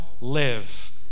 live